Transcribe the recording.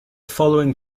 following